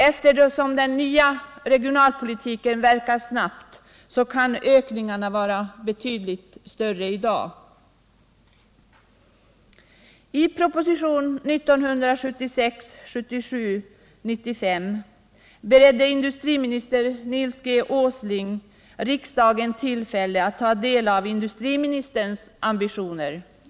Eftersom den nya regionalpolitiken verkar snabbt kan ökningarna vara betydligt större i dag. I propositionen 1976/77:95 beredde industriministern Nils G. Åsling riksdagen tillfälle att ta del av industriministerns ambitioner.